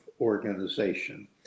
organization